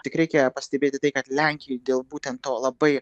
tik reikia pastebėti tai kad lenkijoj dėl būtent to labai